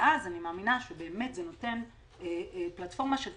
ואז אני מאמינה שבאמת זה נותן פלטפורמה של טיפול.